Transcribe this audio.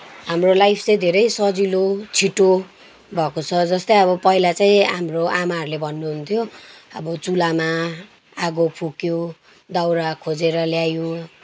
हाम्रो लाइफ चाहिँ धेरै सजिलो छिटो भएको छ जस्तै अब पहिला चाहिँ हाम्रो आमाहरूले भन्नु हुन्थ्यो अब चुल्हामा आगो फुक्यो दाउरा खोजेर ल्यायो